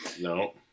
no